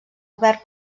obert